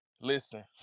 listen